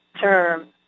term